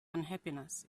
unhappiness